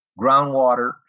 groundwater